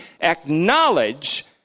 acknowledge